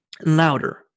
Louder